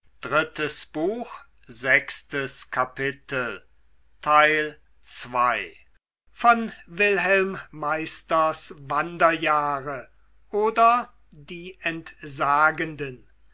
goethe wilhelm meisters wanderjahre oder die entsagenden